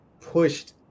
pushed